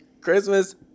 christmas